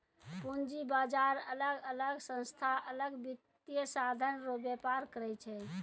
पूंजी बाजार अलग अलग संस्था अलग वित्तीय साधन रो व्यापार करै छै